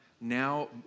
now